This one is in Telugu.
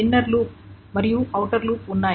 ఇన్నర్ లూప్ మరియు ఔటర్ లూప్ ఉన్నాయి